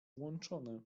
włączone